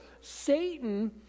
Satan